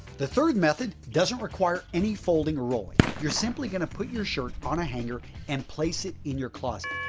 the third method doesn't require any folding or rolling, you're simply going to put your shirt on a hanger and place it in your closet.